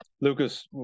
lucas